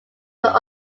but